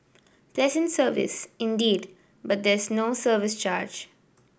pleasant service indeed but there is no service charge